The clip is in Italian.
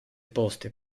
poste